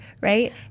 right